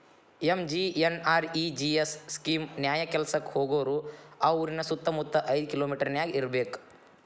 MGNREGS scheme ನ್ಯಾಯ ಕೆಲ್ಸಕ್ಕ ಹೋಗೋರು ಆ ಊರಿನ ಸುತ್ತಮುತ್ತ ಐದ್ ಕಿಲೋಮಿಟರನ್ಯಾಗ ಇರ್ಬೆಕ್